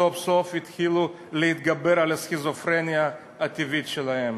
סוף-סוף יתחילו להתגבר על הסכיזופרניה הטבעית שלהם.